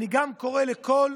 אני קורא לכל